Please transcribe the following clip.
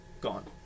gone